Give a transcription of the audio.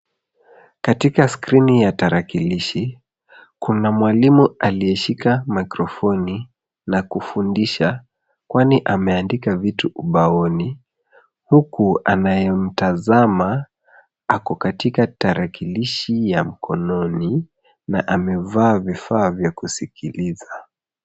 Katika skrini ya tarakilishi kuna mwalimu aliyeshika microphine na kufundisha kwani ameandika vitu ubaoni huku anayemtazama ako katika tarakilishi ya mkononi na amevaa vifaa vya kusikiliza.